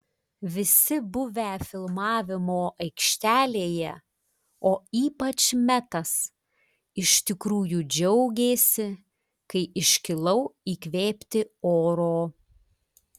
visi buvę filmavimo aikštelėje o ypač metas iš tikrųjų džiaugėsi kai iškilau įkvėpti oro